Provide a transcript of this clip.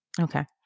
Okay